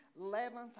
eleventh